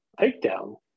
takedown